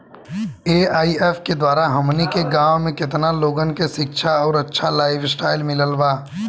AIF के द्वारा हमनी के गांव में केतना लोगन के शिक्षा और अच्छा लाइफस्टाइल मिलल बा